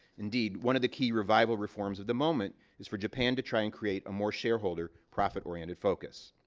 indeed, one of the key revival reforms of the moment is for japan to try and create a more shareholder, profit-oriented focus.